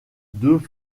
deux